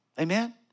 Amen